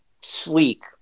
sleek